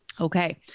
Okay